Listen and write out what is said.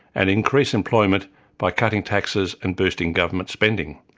and increase employment by cutting taxes and boosting government spending.